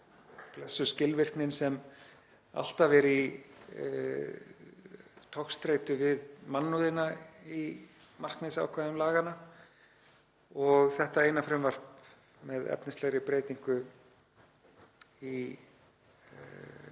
Blessuð skilvirknin sem alltaf er í togstreitu við mannúðina í markmiðsákvæðum laganna. Og þetta eina frumvarp með efnislegri breytingu í